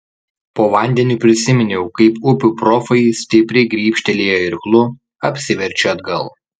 po vandeniu prisiminiau kaip upių profai stipriai grybštelėję irklu apsiverčia atgal